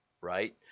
right